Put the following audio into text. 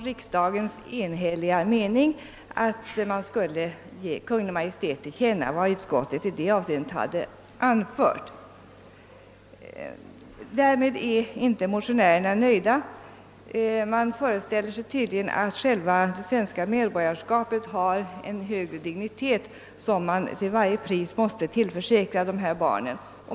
Riksdagens enhälliga mening blev också den, att man skulle ge Kungl. Maj:t till känna vad utskottet i detta avseende hade anfört. Därmed är motionärerna inte nöjda. Man föreställer sig tydligen att själva det svenska medborgarskapet har en högre dignitet som till varje pris måste tillförsäkras dessa barn.